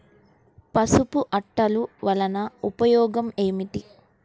పసుపు అట్టలు వలన ఉపయోగం ఏమిటి?